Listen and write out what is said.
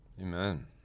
Amen